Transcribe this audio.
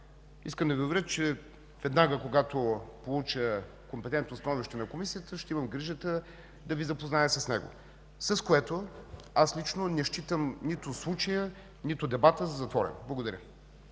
Искам да Ви уверя, че щом получа компетентното становище на Комисията, ще имам грижата да Ви запозная с него, с което аз лично не считам нито случая, нито дебата за затворен. Благодаря.